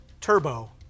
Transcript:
Turbo